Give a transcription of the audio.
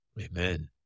Amen